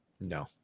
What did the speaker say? No